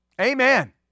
Amen